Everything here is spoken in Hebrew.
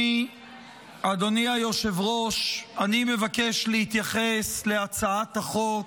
אדוני היושב-ראש, אני מבקש להתייחס להצעת החוק